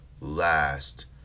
last